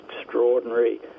extraordinary